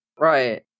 Right